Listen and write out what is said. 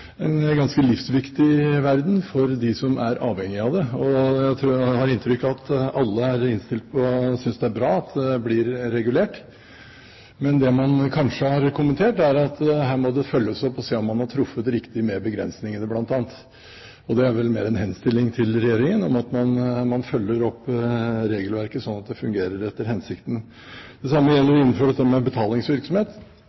livsviktig verden for dem som er avhengig av det. Og jeg har inntrykk av at alle er innstilt på – og synes det er bra – at det blir regulert. Men det man kanskje kunne ha kommentert, er at her må det følges opp og se om man har truffet riktig, bl.a. med begrensningene. Og det er vel mer en henstilling til regjeringen om at man følger opp regelverket, slik at det fungerer etter hensikten. Det samme gjelder